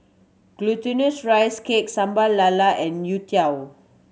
Glutinous Rice Cake Sambal Lala and youtiao